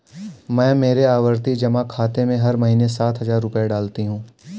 मैं मेरे आवर्ती जमा खाते में हर महीने सात हजार रुपए डालती हूँ